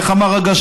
איך אמר הגשש?